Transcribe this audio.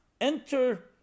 Enter